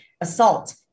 assault